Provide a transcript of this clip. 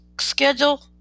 Schedule